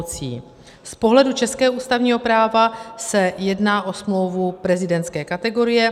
Z pohledu českého ústavního práva se jedná o smlouvu prezidentské kategorie.